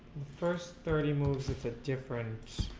first thirty moves its a different